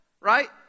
right